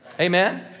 Amen